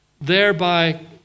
thereby